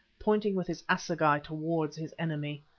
pointing with his assegai towards his enemy.